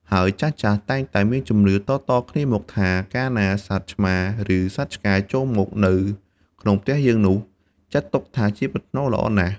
ហើយចាស់ៗតែងតែមានជំនឿតៗគ្នាមកថា កាលណាសត្វឆ្មា ឬសត្វឆ្កែ ចូលមកនៅក្នុងផ្ទះយើងនោះ ចាត់ទុកថាជាប្រផ្នូលល្អណាស់។